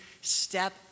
step